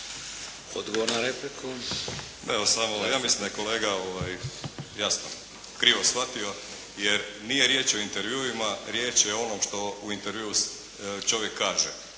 Odgovor na repliku.